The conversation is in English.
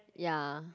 ya